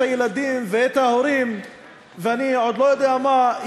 הילדים ואת ההורים ואני לא יודע מה עוד,